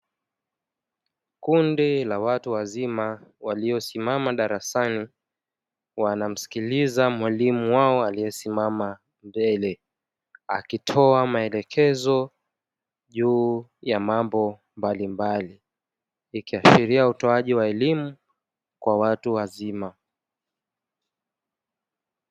Kundi la watu wazima waliosimama darasani, wanamsikiliza mwalimu wao aliyesimama mbele. Akitoa maelekezo juu ya mambo mbalimbali. Ikiashiria utoaji wa elimu kwa watu wazima.